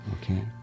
Okay